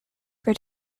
for